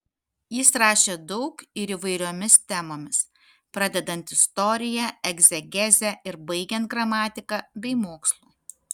jis rašė daug ir įvairiomis temomis pradedant istorija egzegeze ir baigiant gramatika bei mokslu